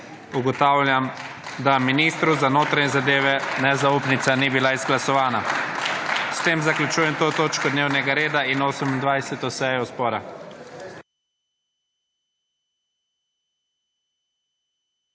Ugotavljam, da ministru za notranje zadeve nezaupnica ni bila izglasovana. / aplavz / S tem zaključujem to točko dnevnega reda in 28. sejo zbora.